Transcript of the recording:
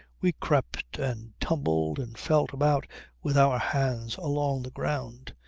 we crept and tumbled and felt about with our hands along the ground.